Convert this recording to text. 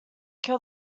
kill